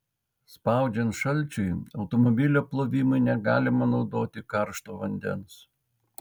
spaudžiant šalčiui automobilio plovimui negalima naudoti karšto vandens